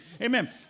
Amen